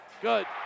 Good